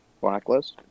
Blacklist